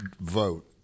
vote